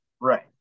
Right